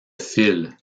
file